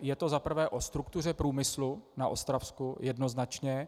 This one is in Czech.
Je to za prvé o struktuře průmyslu na Ostravsku jednoznačně.